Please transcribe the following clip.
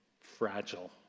fragile